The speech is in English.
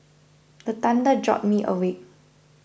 the thunder jolt me awake